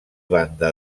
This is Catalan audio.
banda